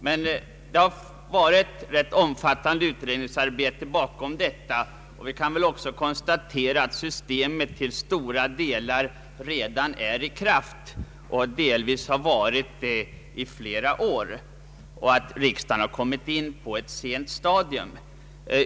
Men ett rätt omfattande utredningsarbete ligger bakom, och vi kan väl också konstatera att planeringsoch budgeteringssystemet till stora delar redan är i kraft och delvis har varit det i flera år. Riksdagen har kommit in på ett sent stadium.